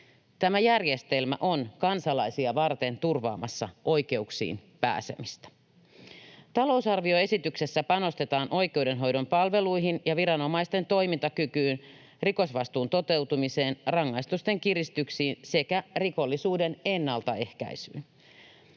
Tämä järjestelmä on kansalaisia varten turvaamassa oikeuksiin pääsemistä. Talousarvioesityksessä panostetaan oikeudenhoidon palveluihin ja viranomaisten toimintakykyyn, rikosvastuun toteutumiseen, rangaistusten kiristyksiin sekä rikollisuuden ennaltaehkäisyyn.